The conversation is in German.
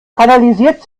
kanalisiert